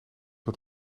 het